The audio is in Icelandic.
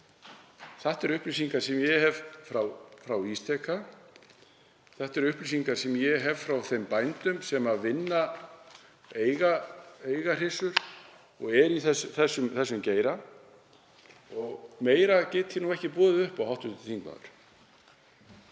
þetta eru upplýsingar sem ég hef frá Ísteka. Þetta eru upplýsingar sem ég hef frá þeim bændum sem eiga hryssur og eru í þessum geira. Meira get ég ekki boðið upp á, hv. þingmaður.